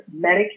Medicaid